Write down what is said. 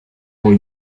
moins